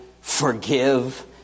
forgive